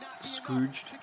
Scrooged